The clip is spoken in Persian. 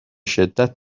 شدت